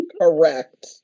Correct